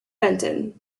fenton